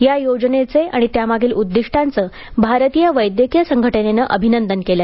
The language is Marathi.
या योजनेचे आणि त्यामागील उद्दिष्टांचे भारतीय वैद्यकीय संघटनेनं अभिनंदन केले